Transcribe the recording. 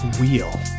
wheel